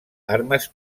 armes